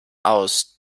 aus